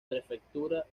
prefectura